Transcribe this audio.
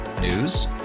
News